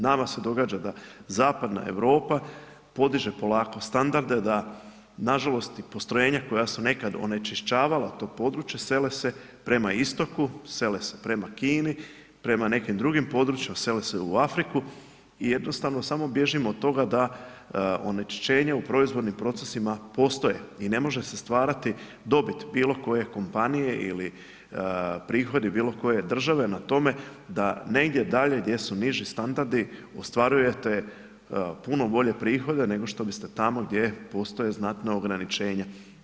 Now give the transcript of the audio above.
Nama se događa da zapadna Europa podiže polako standarde da nažalost i postrojenja koja su nekad onečišćavala to područje sele su prema istoku, sele se prema Kini, prema nekim drugim područjima, sele se u Afriku, i jednostavno samo bježimo od toga da onečišćenje u proizvodnim procesima postoje, i ne može se stvarati dobit bilo koje kompanije ili prihodi bilo koje države na tome da negdje dalje gdje su niži standardi ostvarujete puno bolje prihode nego što biste tamo gdje postoje znatna ograničenja.